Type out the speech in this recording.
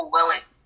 willing